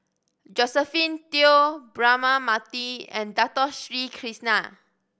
Josephine Teo Braema Mathi and Dato Sri Krishna